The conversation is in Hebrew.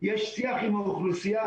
יש שיח עם האוכלוסייה,